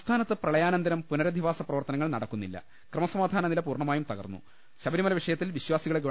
സംസ്ഥാ നത്ത് പ്രളയാനന്തരം പുനരധിവാസ പ്രവർത്തനങ്ങൾ നടക്കുന്നി ല്ല ക്രമസമാധാന നില പൂർണ്ണമായും തകർന്നു ശബരിമല വിഷ യത്തിൽ വിശ്വാസികളെ ഗവ